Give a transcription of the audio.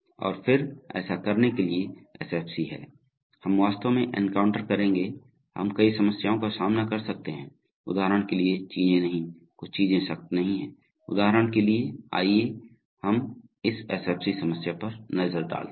और फिर ऐसा करने के लिए एसएफसी है हम वास्तव में एनकाउंटर करेंगे हम कई समस्याओं का सामना कर सकते हैं उदाहरण के लिए चीजें नहीं कुछ चीजें सख्त नहीं हैं उदाहरण के लिए आइए हम इस एसएफसी समस्या पर नजर डालते हैं